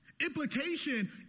Implication